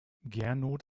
gernot